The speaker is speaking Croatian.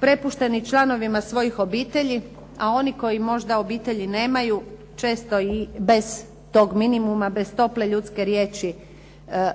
prepušteni članovima svojih obitelji a oni koji možda obitelji nemaju često i bez tog minimuma, bez tople ljudske riječi